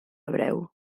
hebreu